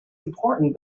important